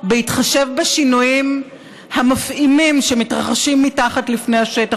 בהתחשב בשינויים המפעימים שמתרחשים מתחת לפני השטח,